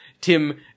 Tim